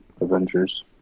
Avengers